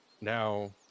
now